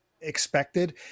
expected